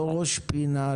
לא ראש פינה,